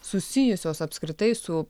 susijusios apskritai su